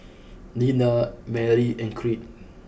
Nena Marie and Creed